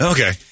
Okay